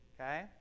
Okay